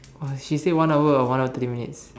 !wah! she say one hour or one or thirty minutes